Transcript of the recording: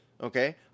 okay